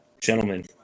Gentlemen